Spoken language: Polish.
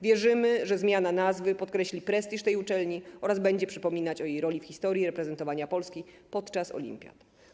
Wierzymy, że zmiana nazwy podkreśli prestiż tej uczelni oraz będzie przypominać o jej roli w historii reprezentowania Polski podczas olimpiad.